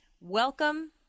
welcome